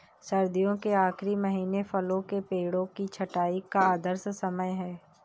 सर्दियों के आखिरी महीने फलों के पेड़ों की छंटाई का आदर्श समय है